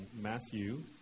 Matthew